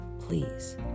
Please